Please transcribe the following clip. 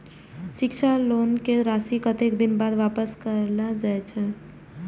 शिक्षा लोन के राशी कतेक दिन बाद वापस कायल जाय छै?